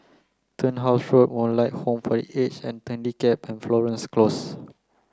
Turnhouse Road Moonlight Home for the Aged and and Florence Close